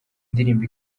ndirimbo